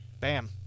Bam